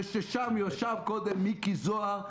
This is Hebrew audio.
זה ששם ישב קודם מיקי זוהר,